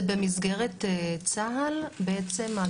זה במסגרת צה"ל בעצם הגיוס?